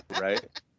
Right